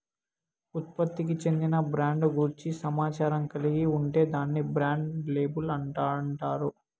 ఉత్పత్తికి చెందిన బ్రాండ్ గూర్చి సమాచారం కలిగి ఉంటే దాన్ని బ్రాండ్ లేబుల్ అంటాండారు